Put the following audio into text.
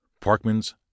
Parkman's